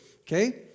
okay